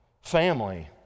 family